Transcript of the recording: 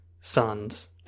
sons